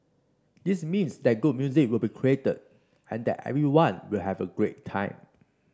this means that good music will be created and that everyone will have a great time